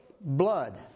blood